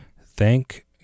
Thank